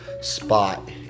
spot